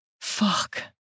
Fuck